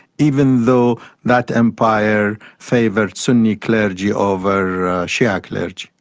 even though that empire favoured sunni clergy over shiite clergy.